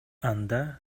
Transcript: анда